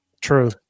True